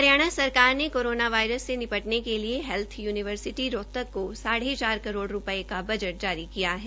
हरियाणा सरकार ने corona virus से निपटने के लिए हैल्थ यूनिवर्सिटी रोहतक को साढ़े चार करोड़ रूपये का बजट जारी किया है